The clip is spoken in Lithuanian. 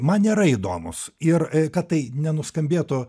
man nėra įdomūs ir kad tai nenuskambėtų